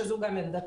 שזו גם עמדתו.